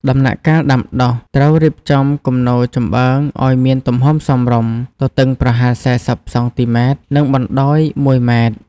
ដំណាក់កាលដាំដុះ ត្រូវរៀបចំគំនរចំបើងឲ្យមានទំហំសមរម្យ (ទទឹងប្រហែល ៤០ សង់ទីម៉ែត្រ និងបណ្ដោយ ១ ម៉ែត្រ)។